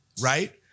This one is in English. right